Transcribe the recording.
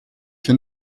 que